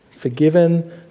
forgiven